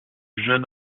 jeune